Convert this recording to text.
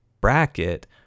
bracket